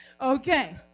okay